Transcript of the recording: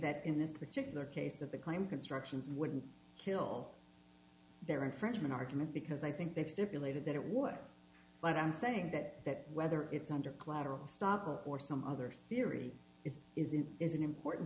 that in this particular case that the claim constructions wouldn't kill their infringement argument because i think they stipulated that it was but i'm saying that whether it's under collateral stopper or some other theory is is in is an important